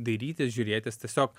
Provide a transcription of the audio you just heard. dairytis žiūrėtis tiesiog